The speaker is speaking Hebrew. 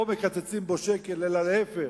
לא מקצצים בה שקל אלא להיפך,